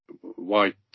white